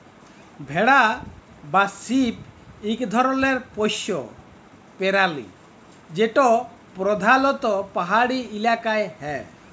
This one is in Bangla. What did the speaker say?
ভেড়া বা শিপ ইক ধরলের পশ্য পেরালি যেট পরধালত পাহাড়ি ইলাকায় হ্যয়